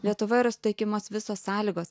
lietuvoje yra suteikiamos visos sąlygos